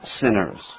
sinners